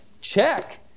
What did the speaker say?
check